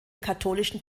katholischen